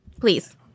Please